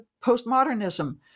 postmodernism